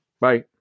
Bye